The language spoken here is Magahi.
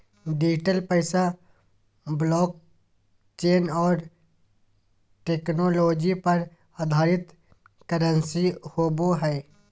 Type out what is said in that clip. डिजिटल पैसा ब्लॉकचेन और टेक्नोलॉजी पर आधारित करंसी होवो हइ